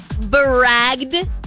bragged